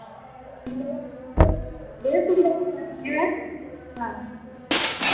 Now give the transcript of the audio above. ᱵᱮᱥ ᱴᱷᱤᱠ ᱜᱮᱭᱟ ᱛᱟᱦᱞᱮ ᱦᱮᱸ